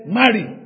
marry